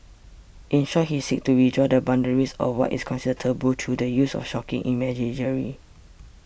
in short he seeks to redraw the boundaries of what is considered 'taboo' through the use of 'shocking' imagery